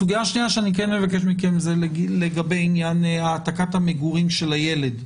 סוגיה שנייה שאני כן אבקש מכם זה לגבי עניין העתקת המגורים של הילד.